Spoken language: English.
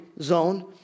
zone